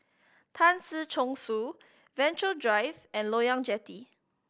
Tan Si Chong Su Venture Drive and Loyang Jetty